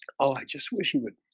oh i just wish you would